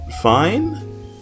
fine